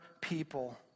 people